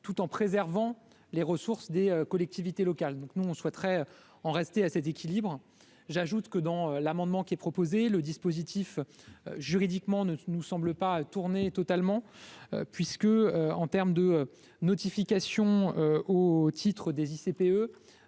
tout en préservant les ressources des collectivités locales, donc nous on souhaiterait en rester à cet équilibre, j'ajoute que dans l'amendement qui est proposé, le dispositif juridiquement ne nous semble pas tourner totalement puisque, en terme de notification au titre des ICPE,